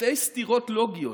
שתי סתירות לוגיות,